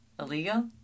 Illegal